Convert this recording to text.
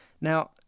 Now